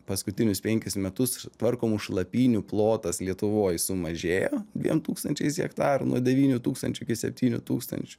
paskutinius penkis metus tvarkomų šlapynių plotas lietuvoj sumažėjo dviem tūkstančiais hektarų nuo devynių tūkstančių iki septynių tūkstančių